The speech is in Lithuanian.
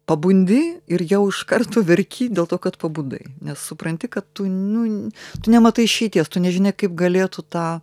pabundi ir jau iš karto verki dėl to kad pabudai nes supranti kad tu nu tu nematai išeities tu nežinia kaip galėtų tą